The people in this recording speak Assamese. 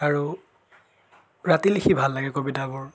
আৰু ৰাতি লিখি ভাল লাগে কবিতাবোৰ